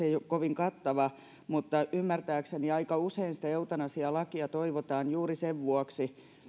ei ole kovin kattava mutta ymmärtääkseni aika usein eutanasialakia toivotaan juuri sen vuoksi